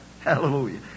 Hallelujah